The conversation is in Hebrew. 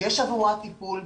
יש עבורה טיפול.